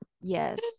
Yes